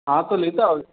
હા તો લેતા આવજો